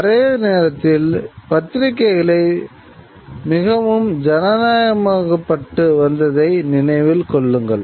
அதே நேரத்தில் பத்திரிகைகள் மிகவும் ஜனநாயகமயமாக்கப்பட்டு வந்ததை நினைவில் கொள்ளுங்கள்